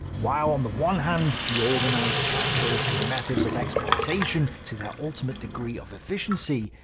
while on the one hand he organized capitalistic methods of exploitation to their ultimate degree of efficiency,